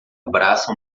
abraça